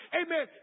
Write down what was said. amen